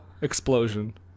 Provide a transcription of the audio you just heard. explosion